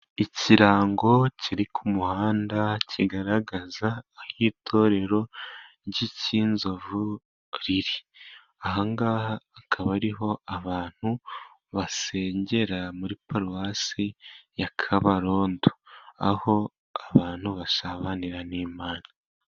Ikirango kiri ku muhanda kigaragaza aho itorero ry'ikinzovu riri. Aha akaba ariho abantu basengera muri paruwasi ya kabarondo, aho abantu basabanira n'Imana.